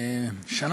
תודה.